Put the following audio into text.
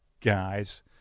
guys